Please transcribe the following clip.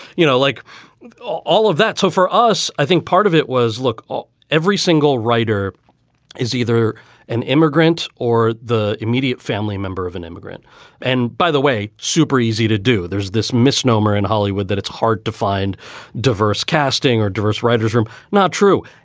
you know, like all of that. so for us, i think part of it was look at every single writer is either an immigrant or the immediate family member of an immigrant and by the way, super easy to do. there's this misnomer in hollywood that it's hard to find diverse casting or diverse writers room. not true.